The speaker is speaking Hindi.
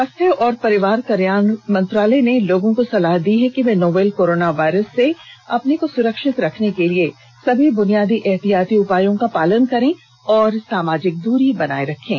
स्वास्थ्य और परिवार कल्याण मंत्रालय ने लोगों को सलाह दी है कि वे नोवल कोरोना वायरस से अपने को सुरक्षित रखने के लिए सभी बुनियादी एहतियाती उपायों का पालन करें और सामाजिक दूरी बनाए रखें